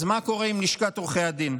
אז מה קורה עם לשכת עורכי הדין,